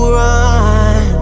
run